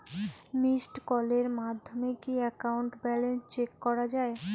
Missed কলের মাধ্যমে কি একাউন্ট ব্যালেন্স চেক করা যায়?